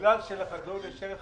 ובגלל שלחקלאות יש ערך